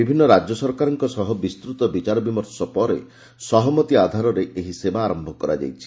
ବିଭିନ୍ନ ରାଜ୍ୟ ସରକାରଙ୍କ ସହ ବିସ୍ତୃତ ବିଚାର ବିମର୍ଶ ପରେ ସହମତି ଆଧାରରେ ଏହି ସେବା ଆରମ୍ଭ କରାଯାଇଛି